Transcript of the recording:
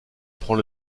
prend